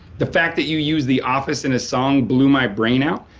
the fact that you use the office and a song blew my brain out.